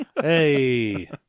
hey